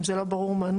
אם זה לא ברור מהנוסח.